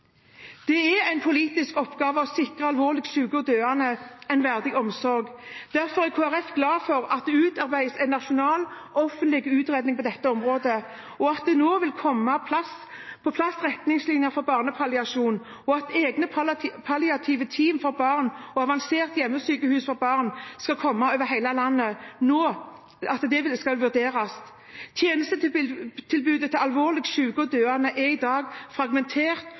Det er en politisk oppgave å sikre alvorlig syke og døende en verdig omsorg. Derfor er Kristelig Folkeparti glad for at det utarbeides en nasjonal offentlig utredning på dette området, at det nå vil komme på plass retningslinjer for barnepalliasjon, og at egne palliative team for barn og avansert hjemmesykehus for barn over hele landet nå skal vurderes. Tjenestetilbudet til alvorlig syke og døende er i dag fragmentert,